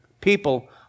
people